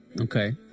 okay